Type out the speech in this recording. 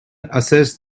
assessed